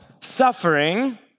suffering